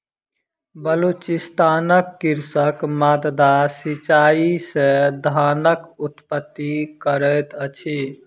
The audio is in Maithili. बलुचिस्तानक कृषक माद्दा सिचाई से धानक उत्पत्ति करैत अछि